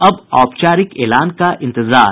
अब औपचारिक एलान का इंतजार